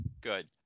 good